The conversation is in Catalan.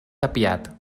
tapiat